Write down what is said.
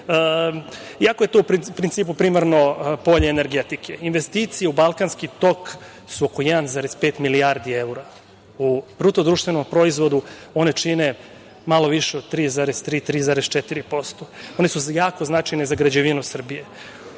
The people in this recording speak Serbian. iako je to u principu primarno polje energetike. Investicije u Balkanski tok su oko 1,5 milijardi evra, u BDP-u one čine malo više od 3,3%, 3,4%. One su jako značajne za građevinu Srbije.